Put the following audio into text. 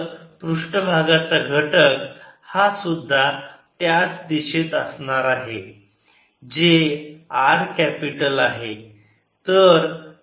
ds charged enclosed0 तर पृष्ठभागाचा घटक हा सुद्धा त्याच दिशेत असणार आहे जे R कॅपिटल आहे